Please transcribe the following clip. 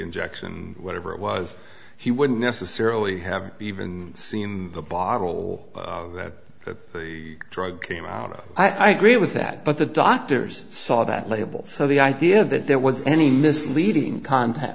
injection whatever it was he wouldn't necessarily have even seen the bottle that the drug came out i agree with that but the doctors saw that label so the idea that there was any misleading cont